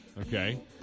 Okay